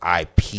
IP